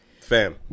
Fam